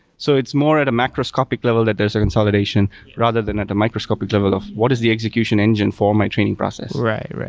so it's more at a macroscopic level that there's a consolidation rather than at the microscopic level of what is the execution engine for my training process. right. right.